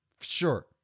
Sure